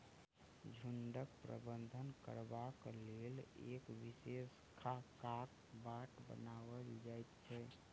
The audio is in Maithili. झुंडक प्रबंधन करबाक लेल एक विशेष खाकाक बाट बनाओल जाइत छै